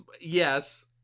yes